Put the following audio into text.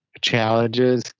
challenges